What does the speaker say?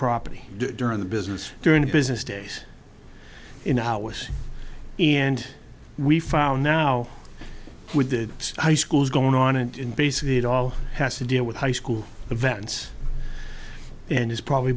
property during the business during the business days in the house and we found now with the high schools going on and basically it all has to deal with high school events and is probably